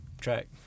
track